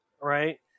Right